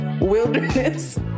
wilderness